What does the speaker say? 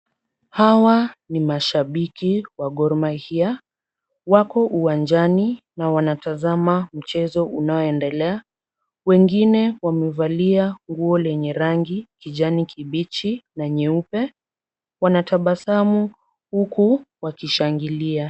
Hawa ni mashabiki wa Gor Mahia. Wako uwanjani na wanatazama mchezo unaoendelea. Wengine wamevalia nguo lenye rangi kijani kibichi na nyeupe. Wanatabasamu huku wakishangilia.